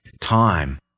time